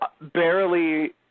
barely